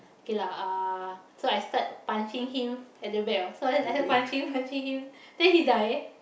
K lah uh so I start punching him at the back ah so I like that punching punching him then he die